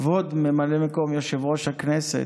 כבוד ממלא מקום יושב-ראש הכנסת,